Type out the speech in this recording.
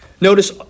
Notice